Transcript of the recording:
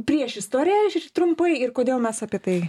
priešistorė trumpai ir kodėl mes apie tai